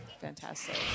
Fantastic